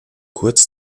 kurz